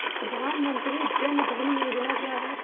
प्रधानमंत्री जन धन योजना क्या है?